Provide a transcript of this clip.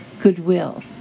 goodwill